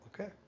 Okay